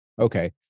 Okay